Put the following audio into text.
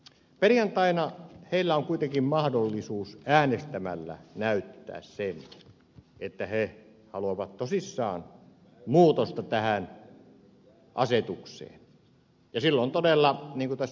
perjantaina heillä on kuitenkin mahdollisuus äänestämällä näyttää että he haluavat tosissaan muutosta tähän asetukseen ja silloin todella niin kuin tässä ed